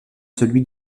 celui